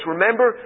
Remember